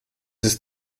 ist